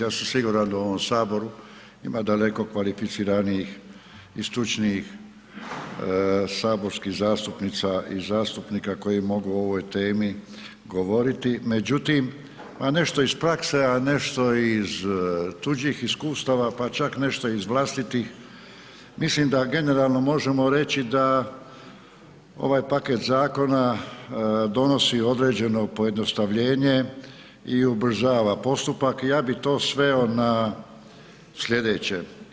Ja sam siguran da u ovom Saboru ima daleko kvalificiranijih i stručnijih saborskih zastupnica i zastupnika koji mogu o ovoj temi govoriti međutim a nešto iz prakse a nešto iz tuđih iskustava pa čak nešto i iz vlastitih, mislim da generalno možemo reći da ovaj paket zakona donosi određeno pojednostavljenje i ubrzava postupak i ja bi sveo na slijedeće.